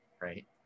right